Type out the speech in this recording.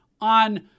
on